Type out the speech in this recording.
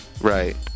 right